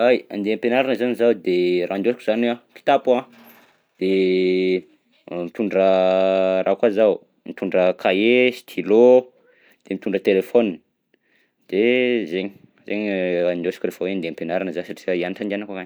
Ay andeha am-pianarana zany zaho de raha ndesoko zany a kitapo a de mitondra raha koa zaho mitondra kahie, stylo de mitondra telefaonina, de zaigny zaigny raha ndôsiko rehefa hoe andeha am-pianarana zaho satria hianatra andehanako akagny.